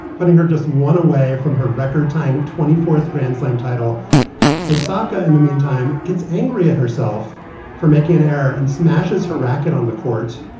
putting her just one away from her record, tying twenty fourth grand slam title osaka. in the meantime, gets angry at herself for making an error and smashes her racket on the court.